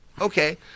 Okay